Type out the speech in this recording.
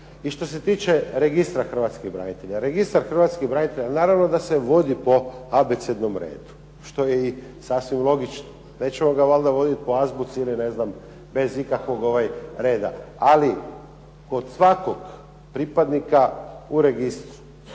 I što se tiče registra hrvatskih branitelja. Registar hrvatskih branitelja naravno da se vodi po abecednom redu što je i sasvim logično. Nećemo ga valjda voditi po azbuci ili ne znam bez ikakvog reda. Ali kod svakog pripadnika u registru,